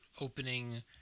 opening